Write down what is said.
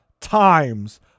times